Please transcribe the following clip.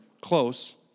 close